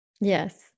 Yes